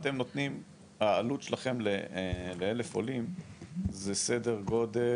העלות שלכם לאלף עולים זה סדר גודל